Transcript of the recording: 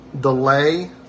delay